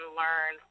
learn